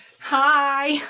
Hi